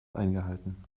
eingehalten